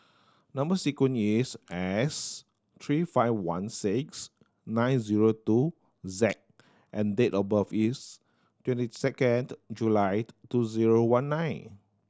number sequence is S three five one six nine zero two Z and date of birth is twenty second July two zero one nine